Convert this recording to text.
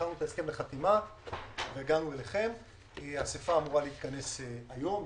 הכנו את ההסכם לחתימה והגענו אליכם כי האסיפה אמורה להתכנס היום.